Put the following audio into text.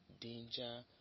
danger